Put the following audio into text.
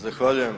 Zahvaljujem.